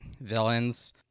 villains